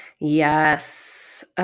Yes